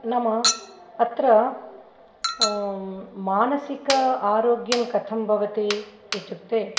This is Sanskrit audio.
नाम अत्र मानसिक आरोग्यं कथं भवति इत्युक्ते